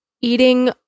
eating